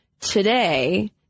today